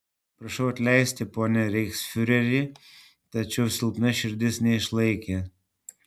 prašau atleisti pone reichsfiureri tačiau silpna širdis neišlaikė